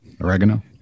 oregano